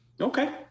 Okay